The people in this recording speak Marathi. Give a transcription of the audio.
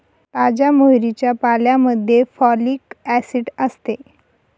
ताज्या मोहरीच्या पाल्यामध्ये फॉलिक ऍसिड असते